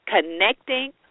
connecting